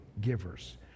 givers